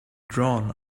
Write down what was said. drawn